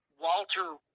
Walter